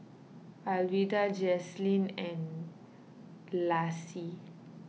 Alwilda Jaylen and Lacie